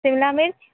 शिमला मिर्च